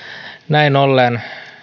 näin ollen